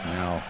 now